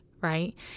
right